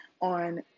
on